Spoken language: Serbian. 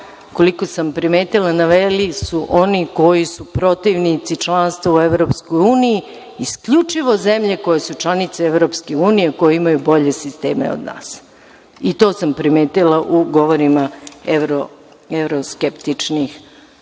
koliko sam primetila, naveli su oni koji su protivnici članstva u EU, isključivo zemlje koje su članice EU, koje imaju bolje sisteme od nas. I to sam primetila u govorima evroskeptičnih